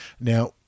Now